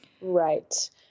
Right